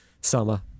summer